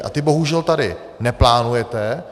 A ty bohužel tady neplánujete.